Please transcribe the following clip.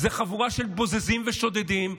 זאת חבורה של בוזזים ושודדים,